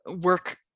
work